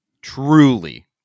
Truly